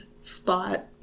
spot